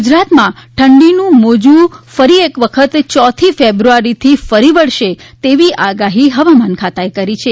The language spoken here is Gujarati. હવામાન ગુજરાતમાં ઠંડીનો મોજું ફરી એક વખત ચોથી ફેબ્રુઆરીથી ફરી વળશે તેવી આગાહી હવામાન ખાતાએ કરી છે